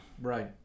right